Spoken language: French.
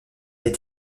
est